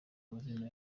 amazina